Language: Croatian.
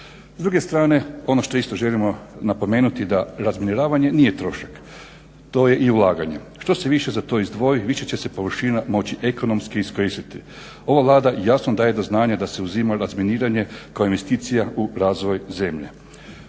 S druge strane ono što isto želimo napomenuti da razminiravanje nije trošak to je i ulaganje. Što se više za to izdvoji više će se površina moći ekonomski iskoristiti. Ova Vlada jasno daje do znanja da se uzima razminiranje kao investicija u razvoj zemlje.